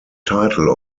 title